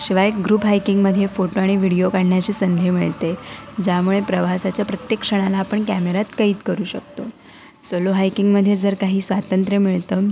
शिवाय ग्रुप हाईकिंगमधे फोटो आणि व्हिडिओ काढण्याची संधी मिळते ज्यामुळे प्रवासाच्या प्रत्येक क्षणाला आपण कॅमेरात कैद करू शकतो सोलो हायकिंगमध्ये जर काही स्वातंत्र्य मिळतं